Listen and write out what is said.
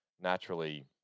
naturally